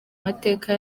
mateka